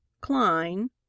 Klein